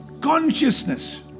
consciousness